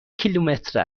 کیلومتر